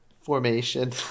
formation